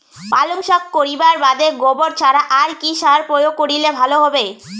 পালং শাক করিবার বাদে গোবর ছাড়া আর কি সার প্রয়োগ করিলে ভালো হবে?